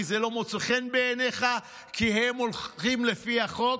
כי זה לא מוצא חן בעיניך, כי הם הולכים לפי החוק?